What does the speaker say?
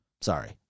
sorry